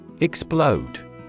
Explode